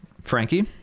Frankie